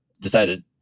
decided